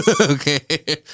Okay